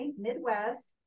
Midwest